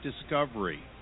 discovery